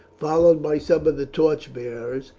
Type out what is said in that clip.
followed by some of the torch bearers,